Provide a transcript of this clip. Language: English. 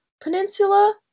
Peninsula